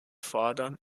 fordern